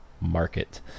market